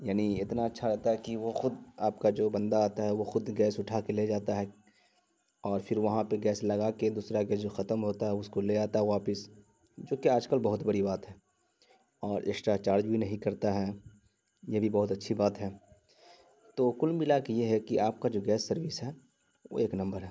یعنی اتنا اچھا رہتا ہے کہ وہ خود آپ کا جو بندہ آتا ہے وہ خود گیس اٹھا کے لے جاتا ہے اور پھر وہاں پہ گیس لگا کے دوسرا گیس جو ختم ہوتا ہے اس کو لے جاتا ہے واپس جوکہ آج کل بہت بڑی بات ہے اور اسٹرا چارج بھی نہیں کرتا ہے یہ بھی بہت اچھی بات ہے تو کل ملا کے یہ ہے کہ آپ کا جو گیس سروس ہے وہ ایک نمبر ہے